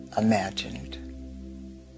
imagined